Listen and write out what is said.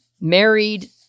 married